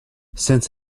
since